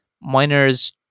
miners